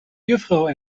juffrouw